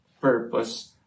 purpose